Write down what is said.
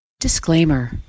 Disclaimer